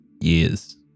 Years